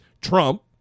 Trump